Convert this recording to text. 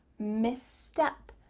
misstep,